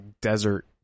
desert